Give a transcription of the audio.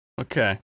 Okay